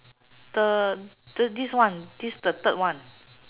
the this one this the third one